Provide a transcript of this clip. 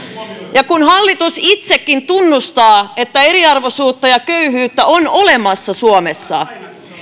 ja kun hallitus itsekin tunnustaa että eriarvoisuutta ja köyhyyttä on olemassa suomessa